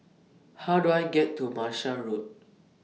How Do I get to Martia Road